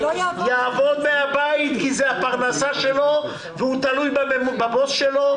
יעבוד מהבית כי זאת הפרנסה שלו והוא תלוי בבוס שלו,